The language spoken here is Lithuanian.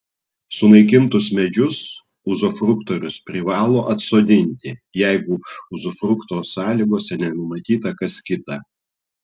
sunaikintus medžius uzufruktorius privalo atsodinti jeigu uzufrukto sąlygose nenumatyta kas kita